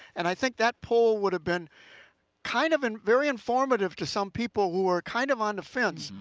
and i think that poll would have been kind of and very informative to some people who are kind of on the fence,